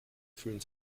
fühlen